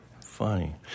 Funny